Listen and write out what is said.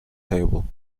table